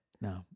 No